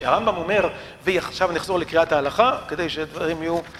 הרמב"ם אומר, ועכשיו נחזור לקריאת ההלכה, כדי שדברים יהיו...